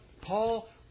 Paul